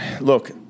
look